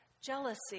Jealousy